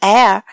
Air